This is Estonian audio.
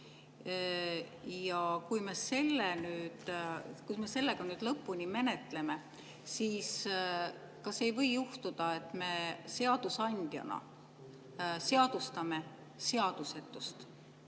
Ja kui me selle nüüd ka lõpuni menetleme, siis kas ei või juhtuda, et me seadusandjana seadustame seadusetust